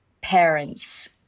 parents